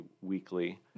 weekly